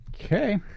Okay